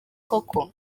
koko